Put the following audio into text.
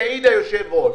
יעיד היושב-ראש.